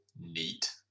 neat